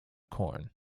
corn